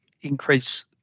increase